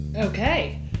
Okay